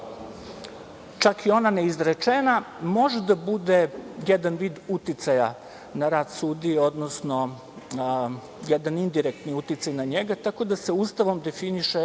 čak i ona neizrečena, može da bude jedan vid uticaja na rad sudije, odnosno jedan indirektni uticaj na njega, tako da se Ustavom definiše